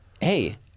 Hey